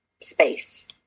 space